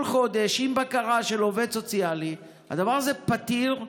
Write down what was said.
כל חודש, עם בקרה של עובד סוציאלי, הדבר הזה פתיר.